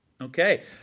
Okay